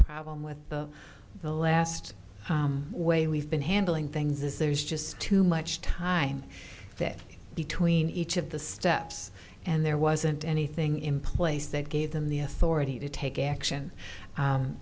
problem with the the last way we've been handling things is there's just too much time that between each of the steps and there wasn't anything in place that gave them the authority to take action